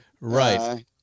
Right